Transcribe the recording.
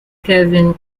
kevin